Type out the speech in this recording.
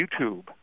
YouTube